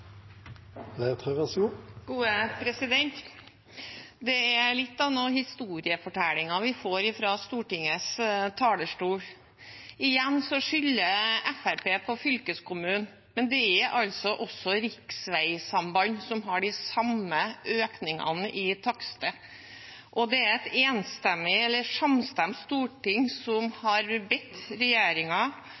litt av noen historiefortellinger vi får fra Stortingets talerstol. Igjen skylder Fremskrittspartiet på fylkeskommunen, men det er også riksveisamband som har de samme økningene i takster. Det er et samstemt storting som har